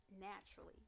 naturally